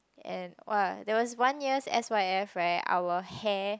and !wah! there was one year's s_y_f right our hair